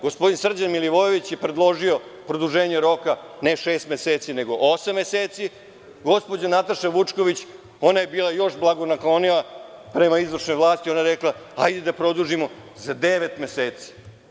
Gospodin Srđan Milivojević je predložio produženje roka, ne šest meseci, nego osam meseci, gospođa Nataša Vučković je bila još blagonaklonija prema izvršnoj vlasti, ona je rekla – hajde da produžimo za devet meseci.